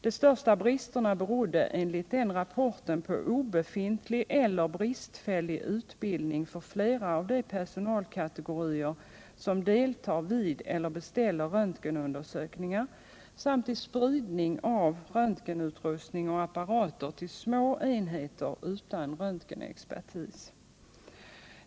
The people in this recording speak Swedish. De största bristerna berodde enligt rapporten på obefintlig eller bristfällig utbildning för flera av de personalkategorier som deltar vid eller beställer röntgenundersökningar samt i spridning av röntgenutrustning och apparater till små enheter utan röntgenexpertis.